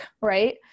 right